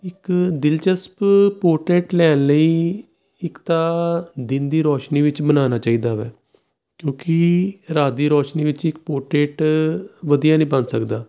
ਇੱਕ ਦਿਲਚਸਪ ਪੋਰਟਰੇਟ ਲੈਣ ਲਈ ਇੱਕ ਤਾਂ ਦਿਨ ਦੀ ਰੌਸ਼ਨੀ ਵਿੱਚ ਬਨਾਉਣਾ ਚਾਹੀਦਾ ਹੈ ਕਿਉਂਕਿ ਰਾਤ ਦੀ ਰੋਸ਼ਨੀ ਵਿੱਚ ਇੱਕ ਪੋਟਰੇਟ ਵਧੀਆ ਨਹੀਂ ਬਣ ਸਕਦਾ